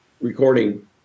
recording